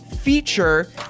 Feature